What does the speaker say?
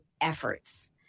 efforts